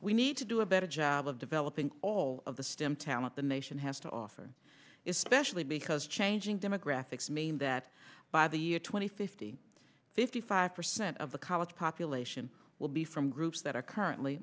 we need to do a better job of developing all of the stim talent the nation has to offer is specially because changing demographics mean that by the year two thousand and fifty fifty five percent of the college population will be from groups that are currently